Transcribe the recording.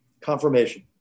confirmation